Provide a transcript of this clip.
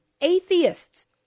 atheists